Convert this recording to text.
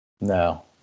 No